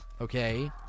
okay